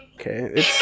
Okay